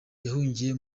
yahungiye